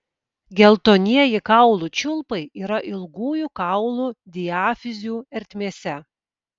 geltonieji kaulų čiulpai yra ilgųjų kaulų diafizių ertmėse